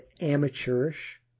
amateurish